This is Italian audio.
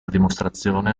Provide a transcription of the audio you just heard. dimostrazione